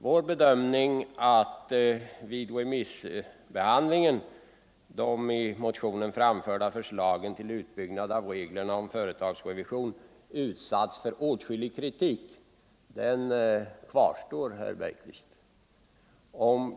Vår bedömning att vid remissbehandlingen ”har de i motionen framförda förslagen till utbyggnad av reglerna om företagsrevision utsatts för åtskillig kritik” kvarstår, herr Bergqvist.